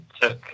took